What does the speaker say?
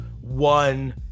one